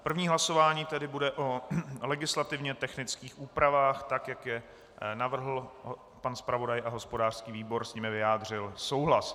První hlasování tedy bude o legislativně technických úpravách, tak jak je navrhl pan zpravodaj a hospodářský výbor s nimi vyjádřil souhlas.